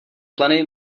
pleny